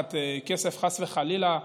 לקחת כסף, חס וחלילה.